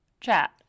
chat